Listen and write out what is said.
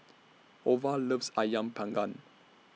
Ova loves Ayam Panggang